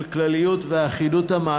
של כלליות ואחידות המס,